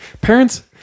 Parents